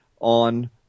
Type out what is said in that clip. on